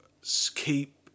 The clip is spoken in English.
keep